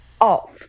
off